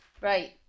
Right